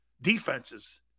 defenses